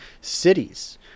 cities